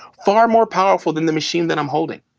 far more powerful than the machine that i'm holding.